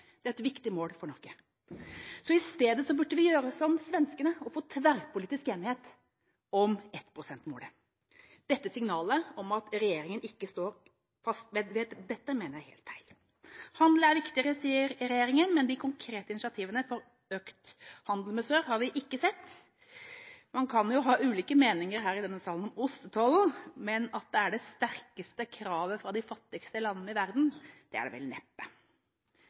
Det er et viktig mål for Norge. I stedet burde vi gjøre som svenskene, få tverrpolitisk enighet om énprosentmålet. Signalet om at regjeringa ikke står fast ved dette, mener jeg er helt feil. Handel er viktigere, sier regjeringa. Men de konkrete initiativene for økt handel med sør har vi ikke sett. Man kan ha ulike meninger her i denne salen om ostetollen, men at det er det sterkeste kravet fra de fattigste landene i verden, er det vel neppe.